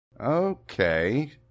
Okay